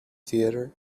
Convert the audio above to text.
theatre